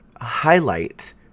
highlight